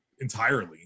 entirely